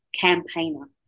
campaigner